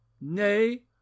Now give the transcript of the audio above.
Nay